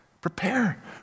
Prepare